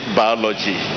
biology